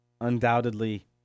Undoubtedly